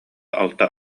алта